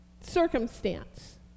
Circumstance